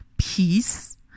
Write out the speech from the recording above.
peace